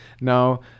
Now